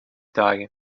dagen